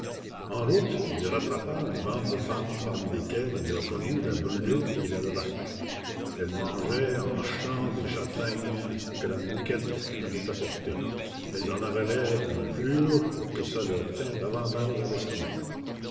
en route il rattrapa une bande de femmes parmi lesquelles il reconnut la brûlé et la levaque elles mangeaient en marchant des châtaignes que la mouquette avait apportées elles en avalaient les pelures pour que ça leur tînt davantage à l'estomac